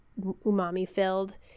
umami-filled